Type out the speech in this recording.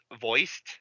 voiced